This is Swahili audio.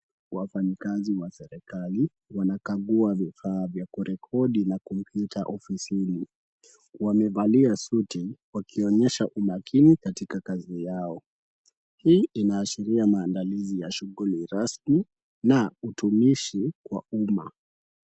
Wafanyikazi wa serikali wanakagua vifaa vya kurekodi na kupita ofisini. Wamevalia suti wakionyesha umakini katika kazi yao. Hii inaashiria maandalizi ya shughuli rasmi na utumishi kwa uma.